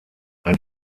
ein